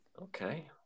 Okay